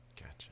Gotcha